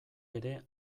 ere